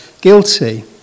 guilty